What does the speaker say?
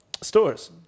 stores